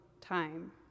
time